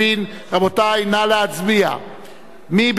רבותי, נא להצביע, מי בעד?